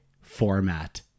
format